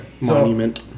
monument